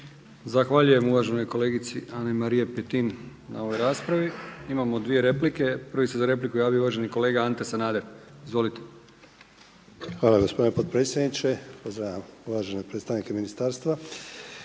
Zahvaljujem uvaženoj kolegici Ani-Mariji Petin na ovoj raspravi. Imamo dvije replike. Prvi se za repliku javio uvaženi kolega Ante Sanader. Izvolite. **Sanader, Ante (HDZ)** Hvala gospodine potpredsjedniče, za uvažene predstavnike ministarstva.